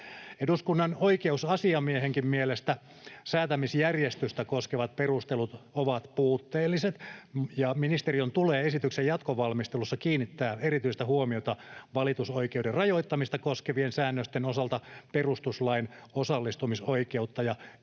Eduskunnan oikeusasiamiehenkin mielestä säätämisjärjestystä koskevat perustelut ovat puutteelliset. Ministeriön tulee esityksen jatkovalmistelussa kiinnittää erityistä huomiota valitusoikeuden rajoittamista koskevien säännösten osalta perustuslain osallistumisoikeutta ja